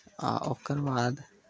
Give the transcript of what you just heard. आ ओकर बाद